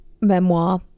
memoir